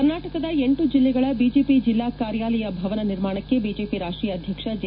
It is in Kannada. ಕರ್ನಾಟಕದ ಎಂಟು ಜಿಲ್ಲೆಗಳ ಬಿಜೆಪಿ ಜಿಲ್ಲಾ ಕಾರ್ಯಾಲಯ ಭವನ ನಿರ್ಮಾಣಕ್ಕೆ ಬಿಜೆಪಿ ರಾಷ್ಷೀಯ ಅಧ್ಯಕ್ಷ ಜಿ